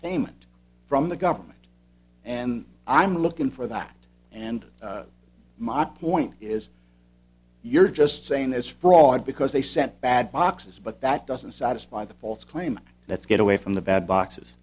payment from the government and i'm looking for that and my point is you're just saying there's fraud because they sent bad boxes but that doesn't satisfy the false claim that's get away from the bad boxes